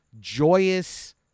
joyous